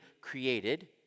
created